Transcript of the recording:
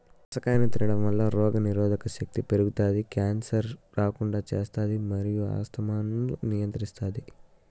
పనస కాయను తినడంవల్ల రోగనిరోధక శక్తి పెరుగుతాది, క్యాన్సర్ రాకుండా చేస్తాది మరియు ఆస్తమాను నియంత్రిస్తాది